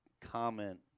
comment